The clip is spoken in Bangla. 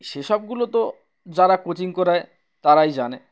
সেসবগুলো তো যারা কোচিং করায় তারাই জানে